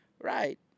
right